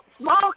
small